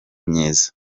myiza